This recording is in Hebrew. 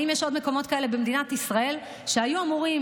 האם יש עוד מקומות כאלה במדינת ישראל שהיו אמורים